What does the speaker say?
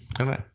Okay